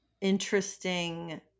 interesting